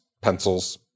pencils